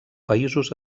països